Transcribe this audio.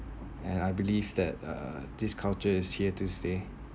and I believe that uh this culture is here to stay